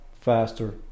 faster